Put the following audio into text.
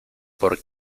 por